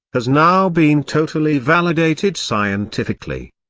has now been totally validated scientifically.